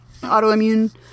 autoimmune